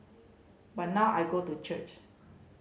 but now I go to church